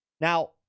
Now